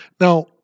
Now